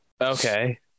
Okay